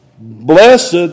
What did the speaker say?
Blessed